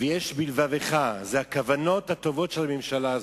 ויש בלבבך, אלה הכוונות הטובות של הממשלה הזאת,